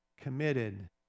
committed